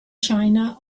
china